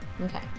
Okay